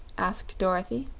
asked dorothy.